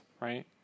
right